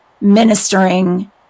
ministering